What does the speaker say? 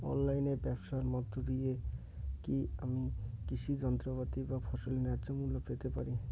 অনলাইনে ব্যাবসার মধ্য দিয়ে কী আমি কৃষি যন্ত্রপাতি বা ফসলের ন্যায্য মূল্য পেতে পারি?